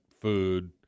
food